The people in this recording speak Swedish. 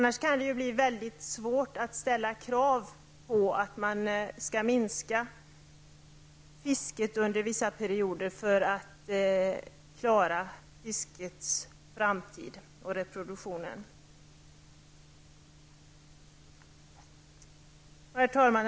Det kan ju annars bli svårt att ställa krav på en minskning av fisket under vissa perioder för att klara fiskets framtid och reproduktionen. Herr talman!